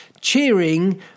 cheering